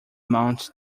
mount